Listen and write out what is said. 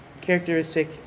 characteristic